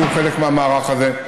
שיהיו חלק מהמערך הזה.